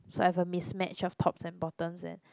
so I have a mismatch of tops and bottoms and